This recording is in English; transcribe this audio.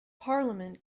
parliament